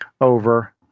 over